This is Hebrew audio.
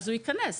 הוא ייכנס.